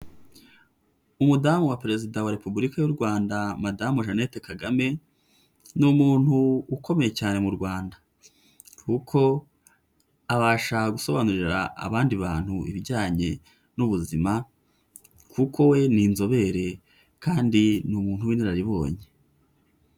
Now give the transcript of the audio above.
Umudamu wa perezida wa repubulika y'u Rwanda madamu Jeannette Kagame, ni umuntu ukomeye cyane mu Rwanda. Kuko abasha gusobanurira abandi bantu ibijyanye n'ubuzima, kuko we ni inzobere kandi ni umuntu w'inararibonye.